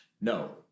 no